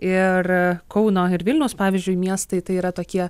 ir kauno ir vilniaus pavyzdžiui miestai tai yra tokie